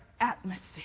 atmosphere